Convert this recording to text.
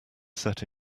set